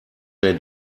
they